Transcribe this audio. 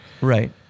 right